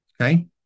okay